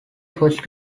first